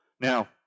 Now